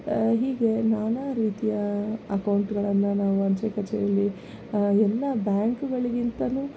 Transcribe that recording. ಹೀಗೆ ನಾನಾ ರೀತಿಯ ಅಕೌಂಟ್ಗಳನ್ನು ನಾವು ಅಂಚೆ ಕಚೇರಿಯಲ್ಲಿ ಎಲ್ಲ ಬ್ಯಾಂಕ್ಗಳಿಗಿಂತಲೂ